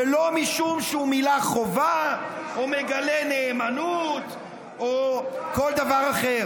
ולא משום שהוא מילא חובה או מגלה נאמנות או כל דבר אחר.